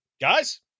guys